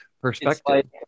perspective